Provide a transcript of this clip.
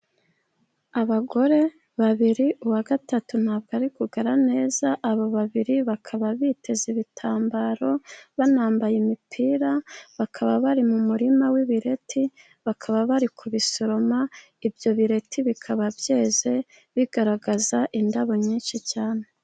Abagore babiri, uwa gatatu nta bwo ari kugara neza. Aba babiri bakaba biteze ibitambaro, banambaye imipira. Bakaba bari mu murima w'ibireti, bakaba bari kubisoroma. Ibyo bireti bikaba byeze bigaragaza indabo nyinshi cyane.